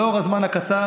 לאור הזמן הקצר,